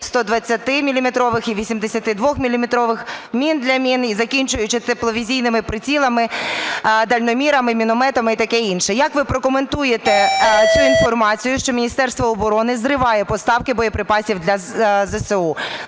82-міліметрових мін для мін і закінчуючи тепловізійними прицілами, дальномірами, мінометами і таке інше. Як ви прокоментуєте цю інформацію, що Міністерство оборони зриває поставки боєприпасів для ЗСУ?